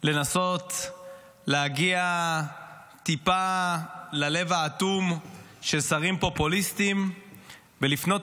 לנסות להגיע טיפה ללב האטום של שרים פופוליסטים ולפנות